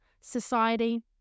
Society